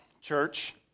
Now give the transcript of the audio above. church